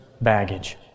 baggage